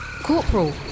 Corporal